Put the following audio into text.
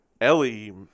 Ellie